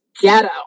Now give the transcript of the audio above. ghetto